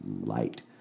light